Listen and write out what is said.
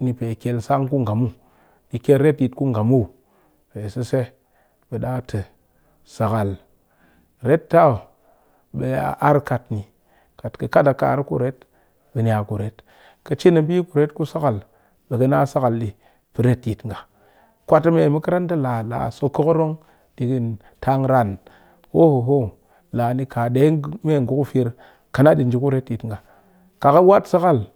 di kyel san ku mun muw pe sese sakal ret ta ok be a ar kat ni kat ka kat a ka ar kuret be niya kuret kwat a me mikiranta yi la la so kokorong hoho ho kat kɨ wat sakal.